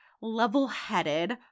level-headed